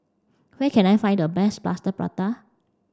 where can I find the best plaster prata